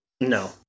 No